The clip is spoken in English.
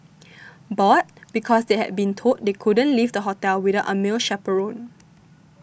bored because they had been told they couldn't leave the hotel without a male chaperone